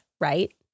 Right